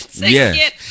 Yes